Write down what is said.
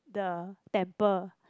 the temple